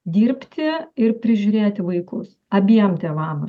dirbti ir prižiūrėti vaikus abiem tėvam